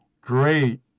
great